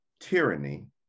tyranny